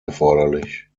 erforderlich